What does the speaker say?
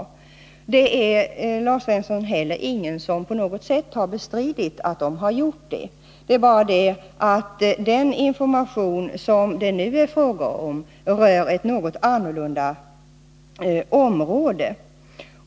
Och det är inte heller, Lars Svensson, någon som har bestridit att de har gjort det. Det är bara det att den information som det nu är fråga om rör ett något annorlunda område.